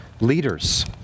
leaders